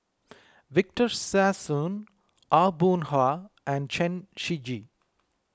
Victor Sassoon Aw Boon Haw and Chen Shiji